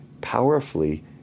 powerfully